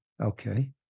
Okay